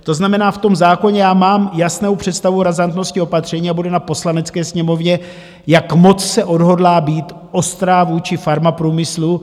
To znamená, v zákoně já mám jasnou představu razantnosti opatření a bude na Poslanecké sněmovně, jak moc se odhodlá být ostrá vůči farmaprůmyslu.